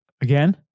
again